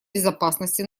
безопасности